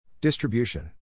Distribution